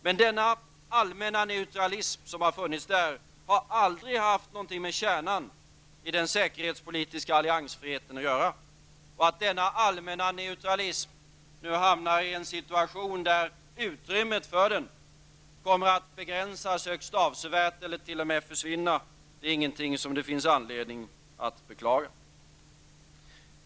Men den allmänna neutralism som har funnits där har aldrig haft någonting med kärnan i den säkerhetspolitiska alliansfriheten att göra. Och att denna allmänna neutralism nu hamnar i en situation där utrymmet för den kommer att begränsas högst avsevärt eller t.o.m. försvinna är ingenting som det finns anledning att beklaga.